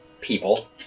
people